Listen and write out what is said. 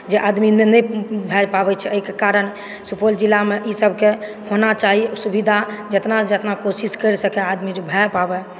जे आदमी नहि भए पाबै छै ओहिके कारण सुपौल जिलामे ई सबके होना चाही सुविधा जेतना जना कोशिश करि सकै जे आदमी भए सकय